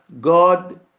god